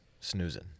snoozing